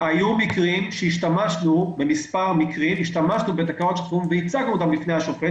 היו מספר מקרים שהשתמשנו בהם בתקנות שעת חירום והצגנו אותן בפני השופט.